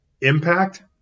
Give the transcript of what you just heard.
impact